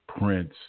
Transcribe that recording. Prince